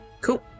Cool